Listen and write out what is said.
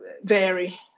vary